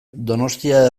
donostia